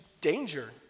danger